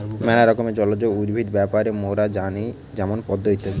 ম্যালা রকমের জলজ উদ্ভিদ ব্যাপারে মোরা জানি যেমন পদ্ম ইত্যাদি